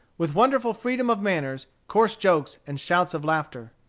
with wonderful freedom of manners, coarse jokes, and shouts of laughter.